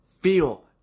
feel